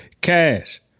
Cash